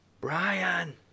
Brian